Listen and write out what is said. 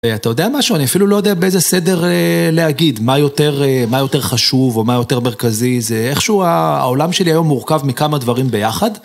אתה יודע משהו? אני אפילו לא יודע באיזה סדר להגיד מה יותר, מה יותר חשוב או מה יותר מרכזי זה איכשהו העולם שלי היום מורכב מכמה דברים ביחד